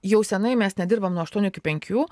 jau senai mes nedirbam nuo aštuonių iki penkių